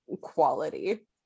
quality